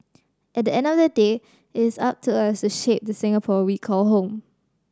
at the end of the day it is up to us to shape the Singapore we call home